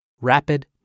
rapid